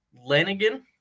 Lanigan